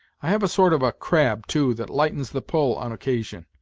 i have a sort of a crab, too, that lightens the pull, on occasion.